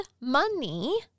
money